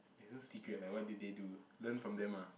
there's no secret like what did they do learn from them ah